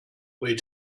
wait